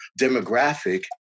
demographic